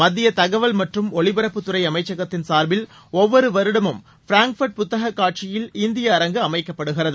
மத்திய தகவல் மற்றும் ஒளிபரப்புத் துறை அமைச்சகத்தின் சார்பில் ஒவ்வொரு வருடமும் ஃபிராங்ஃபர்ட் புத்தககாட்சியில் இந்திய அரங்கு அமைக்கப்படுகிறது